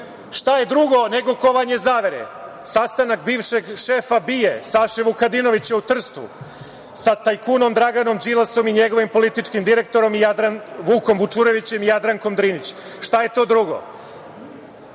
je to drugo nego kovanje zavere, sastanak bivšeg šefa BIA Saše Vukadinovića u Trstu sa tajkunom Draganom Đilasom i njegovim političkim direktorom Vukom Vučurevićem i Jadrankom Drinić, šta je to drugo? To